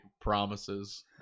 promises